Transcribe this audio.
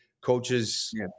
coaches